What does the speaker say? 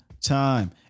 time